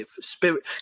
spirit